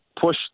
push